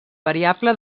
variable